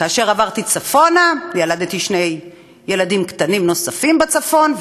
כאשר עברתי צפונה ילדתי שני ילדים נוספים בצפון,